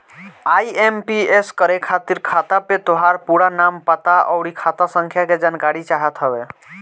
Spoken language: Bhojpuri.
आई.एम.पी.एस करे खातिर खाता पे तोहार पूरा नाम, पता, अउरी खाता संख्या के जानकारी चाहत हवे